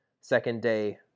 second-day